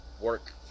work